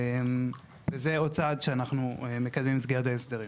זה עוד צעד שאנחנו מקדמים במסגרת ההסדרים.